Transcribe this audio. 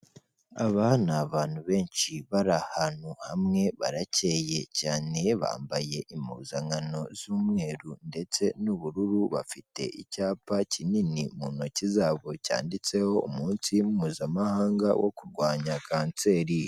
Aba ni abantu benshi bari ahantu hamwe baracyeye cyane, bambaye impuzankano z'umweru ndetse n'ubururu, bafite icyapa kinini mu ntoki zabo cyanditseho "umunsi mpuzamahanga wo kurwanya Kanseri".